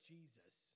Jesus